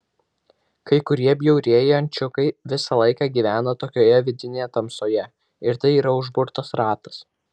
kai kurie bjaurieji ančiukai visą laiką gyvena tokioje vidinėje tamsoje ir tai yra užburtas ratas